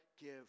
give